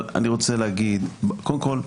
קודם כל,